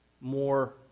more